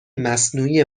مصنوعی